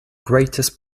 greatest